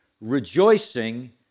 rejoicing